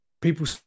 people